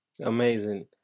Amazing